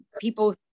people